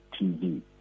TV